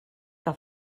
que